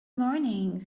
morning